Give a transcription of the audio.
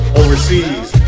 overseas